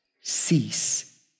cease